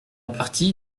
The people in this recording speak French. partie